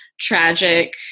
tragic